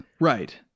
Right